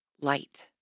light